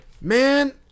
man